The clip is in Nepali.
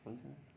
हुन्छ